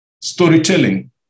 storytelling